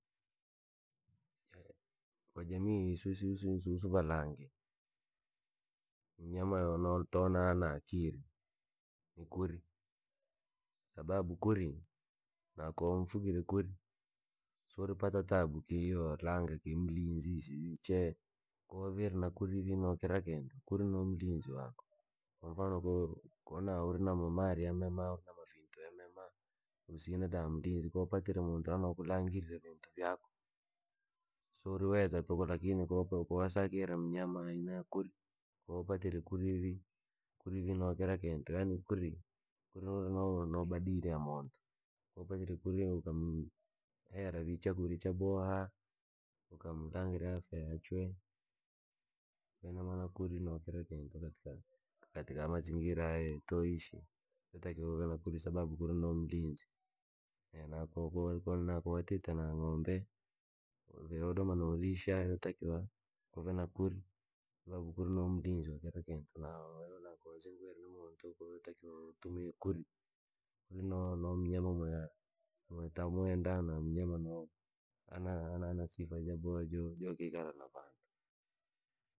Kwa jamii jiisu susu susu valangi, mnyama no toona ana akiri, ni kuuri, sababu kuuri, na ko wamfugire kuuri, siuripata tabu ki yoo laanga ki mlinzi sijui chee, ko wavire na kuuri vii noo kira kintu. Kuuri noo mlinzi waako, kwamfano kooro kona uri na mamari yamemma na mavinto yamema, usina da mlinzi koo wapatile muntu anokulangirrya vintu vyako, siuriweza tuku lakini koko wasakire mnyama aina ya kuuri. Koo upatire kuuri vii, kuuri vii noo kira kintu, yaani kuuri, kuuri noo noubadili ya muntu, ko wapatire kuuri ika hera vii chakurya chaboha, ukamlangirya afya yachwe, koo ina maana kuri no kira kintu katika katika mazingira aya ye twoishi, yootakiwa uve nakuuri sababu kuuri no mlinzi. na koko na watite na n'gombe, vee wadoma na riisha yotakiwa, kuve na kuuri, sababu kuuri no mlinzi wa kilakintu na ko wazingwire na muntu yotakiwa utumie kuuri, kuuri noo noo mnyama mwe- mwetamwenda na mnyama noo ana- anasifa jaboha joo joo kii kala na vantu.